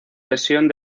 lesión